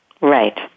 Right